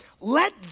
let